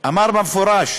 אמר במפורש